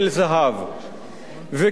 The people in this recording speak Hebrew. וכפי שהחוק הזה מראה,